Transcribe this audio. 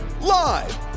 Live